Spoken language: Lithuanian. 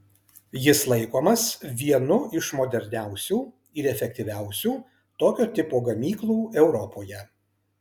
jis laikomas vienu iš moderniausių ir efektyviausių tokio tipo gamyklų europoje